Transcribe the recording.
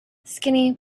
skinny